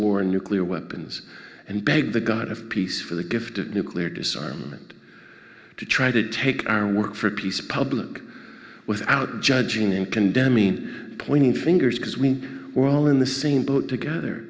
war nuclear weapons and beg the god of peace for the gift of nuclear disarmament to try to take our work for peace public without judging and condemning pointing fingers because we were all in the same boat together